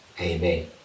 amen